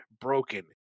broken